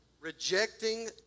rejecting